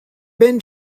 been